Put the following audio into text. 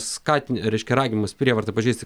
skatini reiškia raginimas prievarta pažeisti